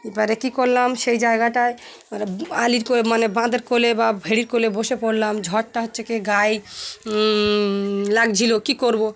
এবারে কী করলাম সেই জায়গাটায় এবারে আলের কো মানে বাঁধের কোলে বা ভেড়ির কোলে বসে পড়লাম ঝড়টা হচ্ছে কি গায়ে লাগছিল কী করব